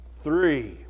three